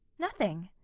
nothing.